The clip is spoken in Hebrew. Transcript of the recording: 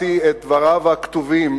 דבריו הכתובים